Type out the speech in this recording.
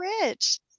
Rich